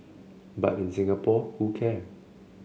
but in Singapore who care